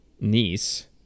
niece